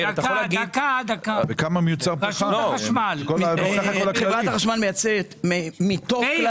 --- חברת החשמל מייצרת --- מאיר,